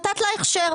נתת לה הכשר,